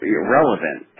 irrelevant